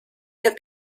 have